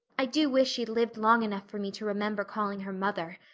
i do wish she'd lived long enough for me to remember calling her mother.